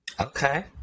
Okay